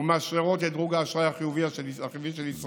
ומאשררות את דירוג האשראי החיובי של ישראל,